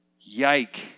Yike